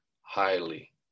highly